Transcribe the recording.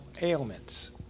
ailments